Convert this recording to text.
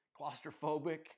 Claustrophobic